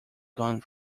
gone